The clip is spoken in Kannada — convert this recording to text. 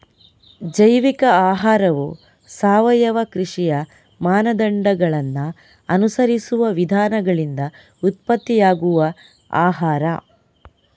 ಜೈವಿಕ ಆಹಾರವು ಸಾವಯವ ಕೃಷಿಯ ಮಾನದಂಡಗಳನ್ನ ಅನುಸರಿಸುವ ವಿಧಾನಗಳಿಂದ ಉತ್ಪತ್ತಿಯಾಗುವ ಆಹಾರ